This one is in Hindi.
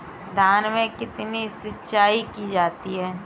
धान में कितनी सिंचाई की जाती है?